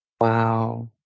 Wow